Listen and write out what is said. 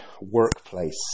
workplace